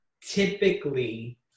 typically